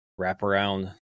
wraparound